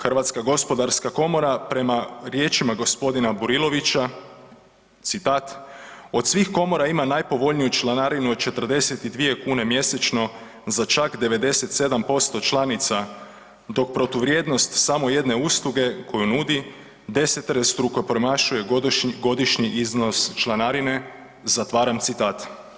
Hrvatska gospodarska komora prema riječima gospodina Burilovića citat: „Od svih komora ima najpovoljniju članarinu od 42 kune mjesečno za čak 97% članica dok protuvrijednost samo jedne usluge koju nudi deseterostruko promašuje godišnji iznos članarine.“, zatvaram citat.